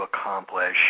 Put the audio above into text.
accomplish